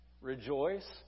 Rejoice